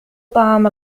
طعام